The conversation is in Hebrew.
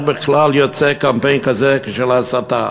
איך בכלל יוצא קמפיין כזה של הסתה?